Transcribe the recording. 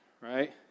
right